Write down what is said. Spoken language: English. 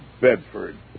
Bedford